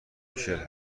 میشله